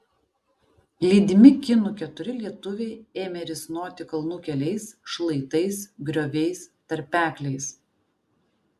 lydimi kinų keturi lietuviai ėmė risnoti kalnų keliais šlaitais grioviais tarpekliais